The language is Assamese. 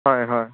হয় হয়